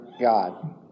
God